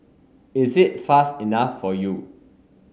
is it fast enough for you